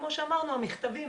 כמו שאמרנו, המכתבים